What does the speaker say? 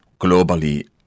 globally